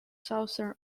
southern